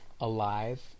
alive